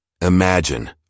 Imagine